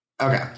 Okay